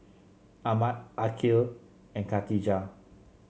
Ahmad Aqil and Khatijah